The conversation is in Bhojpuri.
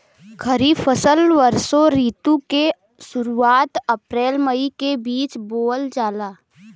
खरीफ फसल वषोॅ ऋतु के शुरुआत, अपृल मई के बीच में बोवल जाला